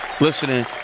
listening